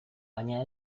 baina